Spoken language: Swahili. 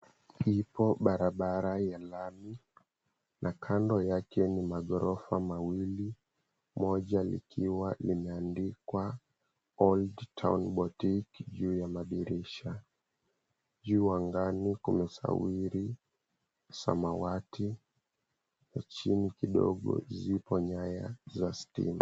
Ipo barabara ya lami, na kando yake ni magorofa mawili. Moja likiwa limeandikwa, Old Town Boutique juu ya madirisha. Juu angani kumesawiri samawati, chini kidogo zipo nyaya za stima